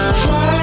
fly